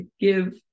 give